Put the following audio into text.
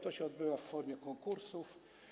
To się odbywa w formie konkursów.